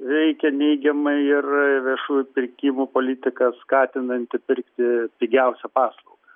veikia neigiamai ir viešųjų pirkimų politika skatinanti pirkti pigiausią paslaugą